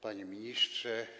Panie Ministrze!